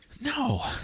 No